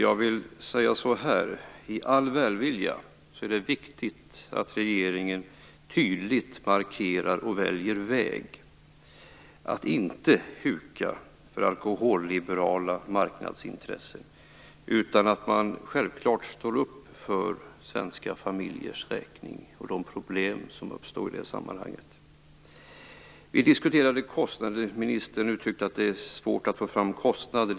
I all välvilja vill jag säga att det är viktigt att regeringen tydligt markerar och väljer väg och att den inte hukar för alkoholliberala marknadsintressen utan självklart står upp för svenska familjers räkning och de problem som uppstår i sammanhanget. Vi diskuterade kostnader. Ministern uttryckte att det är svårt att få fram kostnader.